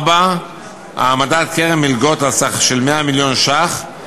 4. העמדת קרן מלגות על סך של 100 מיליון שקלים,